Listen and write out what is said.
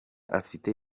afite